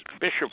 Bishop